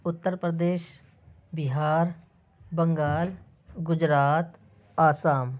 Uttar Pradesh Bihar Bengal Gujarat Assam